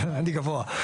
אדוני, אני רוצה